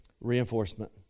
reinforcement